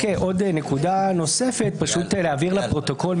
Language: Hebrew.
רק עוד נקודה נוספת, פשוט להבהיר לפרוטוקול.